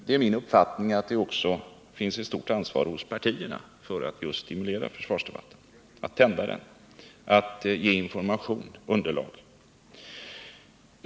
Det är min uppfattning att det också finns ett stort ansvar hos partierna för att tända försvarsdebatten, ge information och underlag.